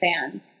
fan